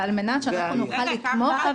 ועל מנת שנוכל לתמוך את אותה פעילות